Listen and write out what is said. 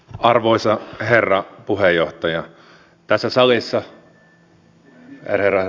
arvoisa herra puhemies